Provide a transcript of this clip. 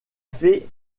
fées